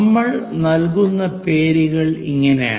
നമ്മൾ നൽകുന്ന പേരുകൾ ഇങ്ങനെയാണ്